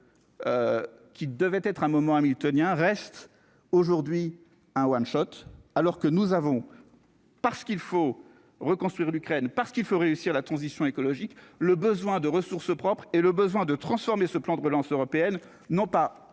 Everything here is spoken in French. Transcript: qui devait être un moment à 1000 Tonia reste aujourd'hui un One shot alors que nous avons parce qu'il faut reconstruire l'Ukraine parce qu'il faut réussir la transition écologique, le besoin de ressources propres et le besoin de transformer ce plan de relance européenne, non pas